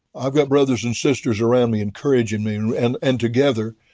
i've got brothers and sisters around me encouraging me. and and together,